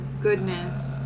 goodness